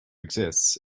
exists